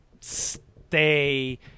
stay